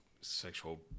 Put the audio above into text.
sexual